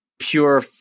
pure